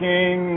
King